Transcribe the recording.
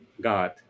God